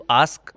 ask